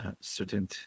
certain